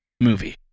movie